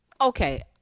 Okay